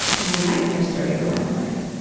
my nightmares started going away.